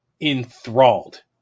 enthralled